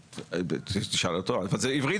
המידע הזה קיים ואף אחד לא מתנגד לו.